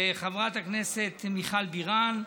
חברת הכנסת מיכל בירן,